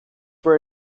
were